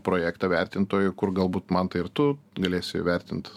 projektą vertintojų kur galbūt mantai ir tu galėsi įvertint